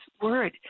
Word